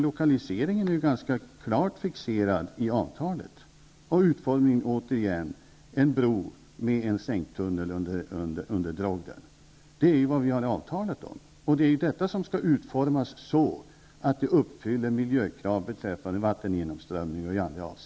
Lokaliseringen är ganska klart fixerad i avtalet. En utformning med en bro och en sänktunnel under Drogden är vad som har avtalats. Det är detta som skall utformas så, att det uppfyller miljökrav beträffande vattengenomströmning och annat.